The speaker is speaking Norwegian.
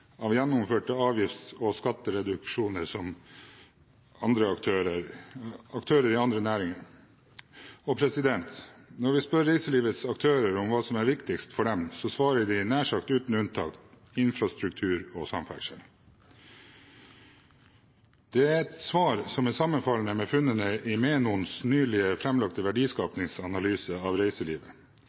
av gjennomførte avgifts- og skattereduksjoner som aktører i andre næringer. Og når vi spør reiselivets aktører om hva som er viktigst for dem, så svarer de – nær sagt uten unntak – infrastruktur og samferdsel. Det er et svar som er sammenfallende med funnene i Menons nylig fremlagte verdiskapningsanalyse av reiselivet.